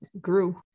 grew